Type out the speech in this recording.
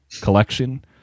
collection